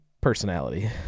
personality